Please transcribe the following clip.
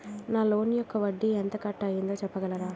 నా లోన్ యెక్క వడ్డీ ఎంత కట్ అయిందో చెప్పగలరా?